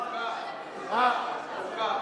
חוקה.